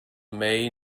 may